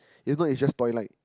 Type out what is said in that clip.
even it just twilight